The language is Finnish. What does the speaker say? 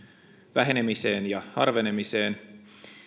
vähenemiseen ja harvenemiseen